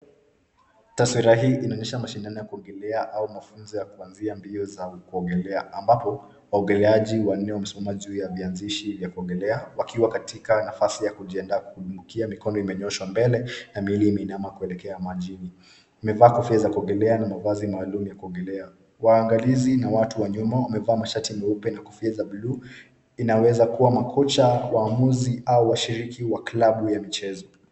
Taswira hii inaonyesha mashindano ya kuogelea au mafunzo ya kuanzia mbio za kuogelea, ambapo, waogeleaji wanne wamesimama juu ya vianzishi vya kuogelea, wakiwa katika nafasi ya kujiandaa kurukia, mikono ikiwa imenyooshwa mbele na miili imeinama kuelekea majini. Wamevaa kofia za kuogelea na mavazi maalum ya kuogelea. Waangalizi na watu wa nyuma wamevaa mashati nyeupe na kofia za bluu, inaweza kuwa makocha, waamuzi au washiriki wa klabu ya mchezo.